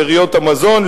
שאריות המזון,